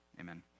Amen